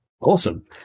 Awesome